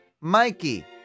Mikey